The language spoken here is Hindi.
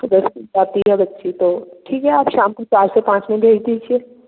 सुबह ठीक है आप बच्ची को ठीक है आप शाम को चार से पाँच में भेज दीजिए